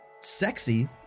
sexy